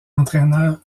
entraineur